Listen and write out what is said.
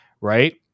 right